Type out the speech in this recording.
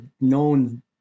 known